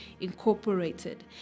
incorporated